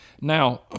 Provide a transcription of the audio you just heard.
Now